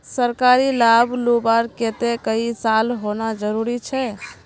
सरकारी लाभ लुबार केते कई साल होना जरूरी छे?